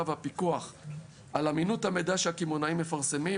והפיקוח על אמינות המידע שהקמעונאים מפרסמים,